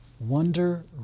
wonder